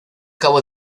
cabo